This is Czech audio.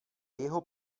jeho